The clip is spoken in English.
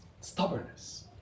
stubbornness